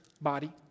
body